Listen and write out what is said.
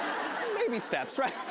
baby steps, right?